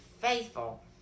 faithful